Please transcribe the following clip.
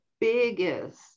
biggest